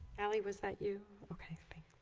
ali was that you